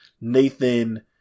nathan